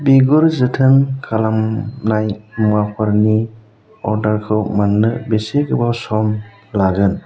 बिगुर जोथोन खालामनाय मुवाफोरनि अर्डारखौ मोननो बेसे गोबाव सम लागोन